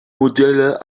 modelle